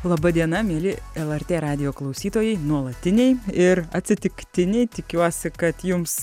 laba diena mieli lrt radijo klausytojai nuolatiniai ir atsitiktiniai tikiuosi kad jums